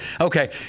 Okay